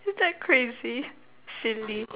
is that crazy silly